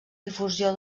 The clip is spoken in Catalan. difusió